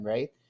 Right